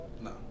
No